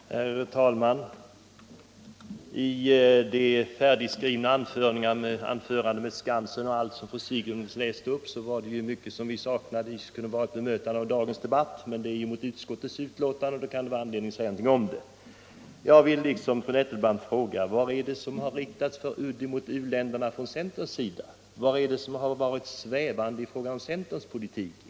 Herr talman! I det färdigskrivna anförande med Skansen och allt som fru Sigurdsen läste upp var det mycket vi saknade som skulle kunna vara ett bemötande av dagens debatt. Men med tanke på utskottets betänkande, som fru Sigurdsen också berört, kan det finnas anledning att säga någonting om hennes inlägg. Jag vill ställa en liknande fråga som fru Nettelbrandt framställde: Vad är det för udd som har riktats mot u-länderna från centerns sida? Vad är det som har varit svävande i fråga om centerns politik?